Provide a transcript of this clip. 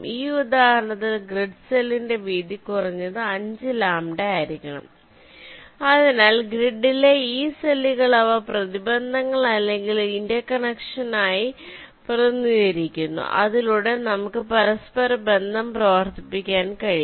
ഈ ഉദാഹരണത്തിൽ ഗ്രിഡ് സെല്ലിന്റെ വീതി കുറഞ്ഞത് 5λ ആയിരിക്കണം അതിനാൽ ഗ്രിഡിലെ ഈ സെല്ലുകൾ അവ പ്രതിബന്ധങ്ങൾ അല്ലെങ്കിൽ ഇന്റർ കണക്ഷൻ ആയി ആയി പ്രതിനിധീകരിക്കുന്നു അതിലൂടെ നമുക്ക് പരസ്പരബന്ധം പ്രവർത്തിപ്പിക്കാൻ കഴിയും